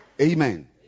Amen